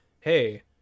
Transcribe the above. hey